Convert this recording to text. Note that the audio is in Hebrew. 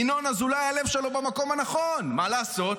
ינון אזולאי, הלב שלו במקום הנכון, מה לעשות?